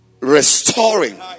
restoring